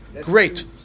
Great